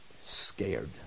Scared